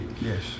yes